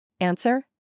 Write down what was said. Answer